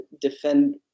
defend